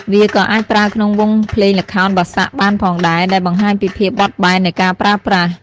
វាក៏អាចប្រើក្នុងវង់ភ្លេងល្ខោនបាសាក់បានផងដែរ ដែលបង្ហាញពីភាពបត់បែននៃការប្រើប្រាស់។